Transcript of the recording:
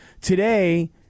Today